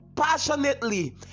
passionately